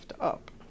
up